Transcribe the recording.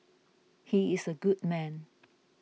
he is a good man